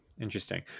Interesting